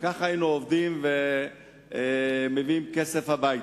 כך היינו עובדים ומביאים כסף הביתה.